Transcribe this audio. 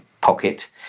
pocket